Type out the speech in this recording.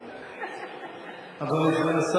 מאיר, אני עולה אחרי זה לענות לך.